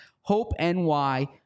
HOPE-NY